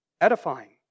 edifying